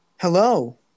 Hello